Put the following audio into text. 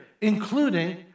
including